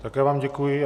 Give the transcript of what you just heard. Také vám děkuji.